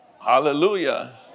Hallelujah